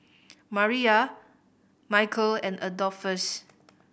Mariyah Micheal and Adolphus